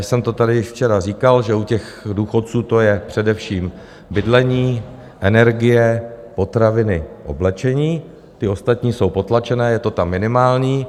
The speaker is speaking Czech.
A já jsem to tady včera říkal, že u těch důchodců to je především bydlení, energie, potraviny, oblečení, ty ostatní jsou potlačené, je to tam minimální.